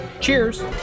Cheers